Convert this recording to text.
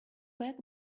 back